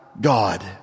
God